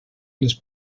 les